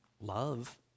love